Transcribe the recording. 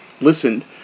listened